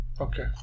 Okay